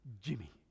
Jimmy